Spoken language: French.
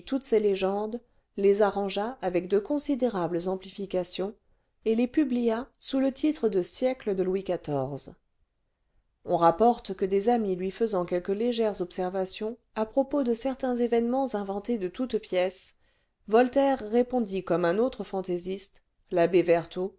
ces légendes les arrangea avec de considérables amplifications et les publia sous le titre de siècle de louis xiv on rapporte que des amis lui faisant quelques légères observations à propos de certains événements inventés de toutes pièces voltaire répondit comme un autre fantaisiste l'abbé vertot